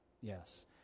yes